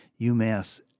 UMass